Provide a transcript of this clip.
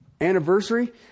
anniversary